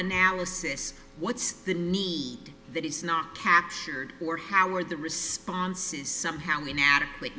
analysis what's the need that is not captured or how are the responses somehow inadequate